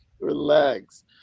relax